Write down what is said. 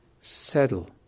settle